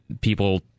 people